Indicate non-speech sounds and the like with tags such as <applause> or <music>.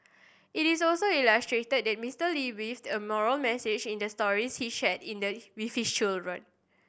it is also illustrated Mister Lee weaved in moral message in the stories he shared <unintelligible> with his children